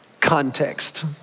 context